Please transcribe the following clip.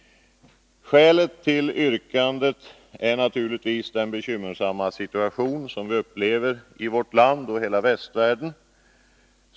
Skälet till yrkandet är naturligtvis den bekymmersamma situation som vi upplever i vårt land och i hela västvärlden.